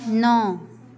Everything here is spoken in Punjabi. ਨੌਂ